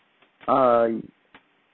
err